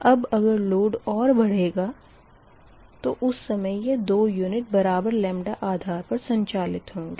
अब अगर लोड और बढ़ेगा तो उस समय यह दो यूनिट बराबर λ आधार पर संचालित होंगे